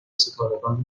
ستارگان